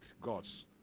God's